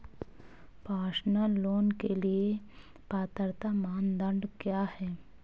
Personal loan के लिए पात्रता मानदंड क्या हैं?